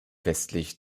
westlich